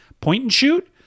point-and-shoot